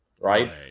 Right